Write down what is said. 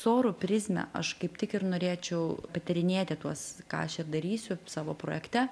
sorų prizmę aš kaip tik ir norėčiau patyrinėti tuos ką aš ir darysiu savo projekte